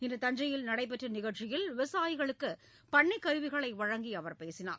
இன்று தஞ்சையில் நடைபெற்ற நிகழ்ச்சியில் விவசாயிகளுக்கு பண்ணைக் கருவிகளை வழங்கி அவர் பேசினார்